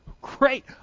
Great